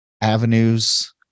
avenues